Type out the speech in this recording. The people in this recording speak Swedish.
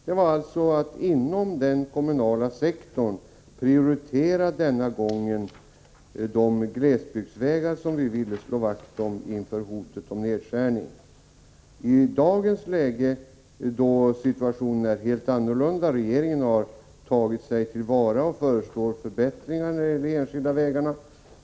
Det gällde alltså att inom den kommunala sektorn denna gång prioritera de glesbygdsvägar som vi ville slå vakt om inför hotet om nedskärning. I dagens läge är situationen helt annorlunda. Regeringen har tagit sig till vara, och den föreslår förbättringar för de enskilda vägarna.